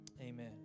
amen